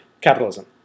capitalism